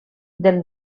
del